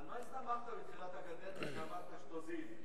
על מה הסתמכת בתחילת הקדנציה כשאמרת שתוזיל?